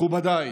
מכובדיי,